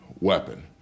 weapon